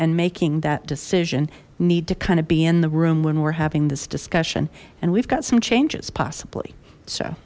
and making that decision need to kind of be in the room when we're having this discussion and we've got some changes possibly